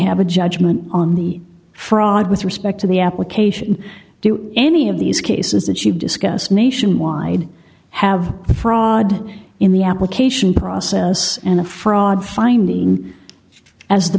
have a judgment on the fraud with respect to the application do any of these cases that you've discussed nationwide have fraud in the application process and a fraud finding as the